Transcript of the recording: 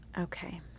Okay